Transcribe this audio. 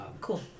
cool